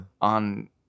on